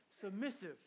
submissive